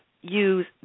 use